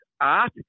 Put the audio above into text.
art